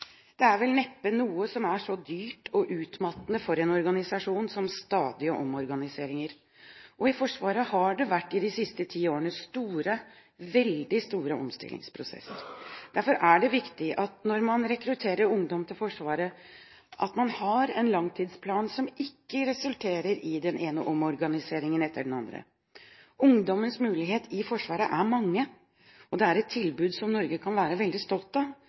Det er vel neppe noe som er så dyrt og så utmattende for en organisasjon som stadige omorganiseringer, og i Forsvaret har det i de siste ti årene vært store, veldig store, omstillingsprosesser. Derfor er det viktig når man rekrutterer ungdom til Forsvaret, at man har en langtidsplan som ikke resulterer i den ene omorganiseringen etter den andre. Ungdommens muligheter i Forsvaret er mange, og det er et tilbud som Norge kan være veldig stolt av